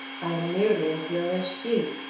i am nearly as ill as she.